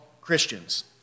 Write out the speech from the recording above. Christians